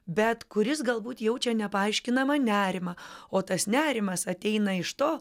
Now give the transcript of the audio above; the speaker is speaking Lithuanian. bet kuris galbūt jaučia nepaaiškinamą nerimą o tas nerimas ateina iš to